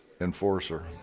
enforcer